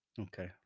Okay